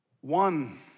One